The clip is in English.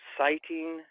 citing